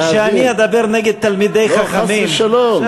שאני אדבר נגד תלמידי חכמים, חס ושלום.